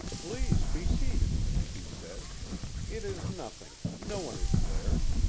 please be seated, he said it is nothing no one is there.